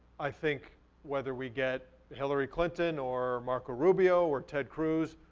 i think whether we get hillary clinton or marco rubio, or ted cruz,